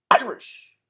Irish